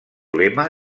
lema